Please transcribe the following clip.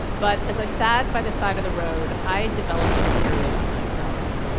but as i sat by the side of the road, i developed a theory about myself.